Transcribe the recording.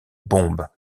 bombe